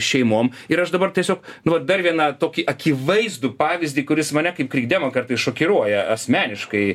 šeimom ir aš dabar tiesiog nu vat dar vieną tokį akivaizdų pavyzdį kuris mane kaip krikdemą kartais šokiruoja asmeniškai